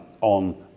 on